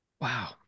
Wow